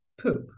poop